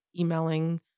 emailing